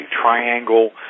triangle